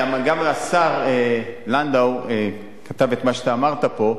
גם השר לנדאו כתב את מה שאתה אמרת פה,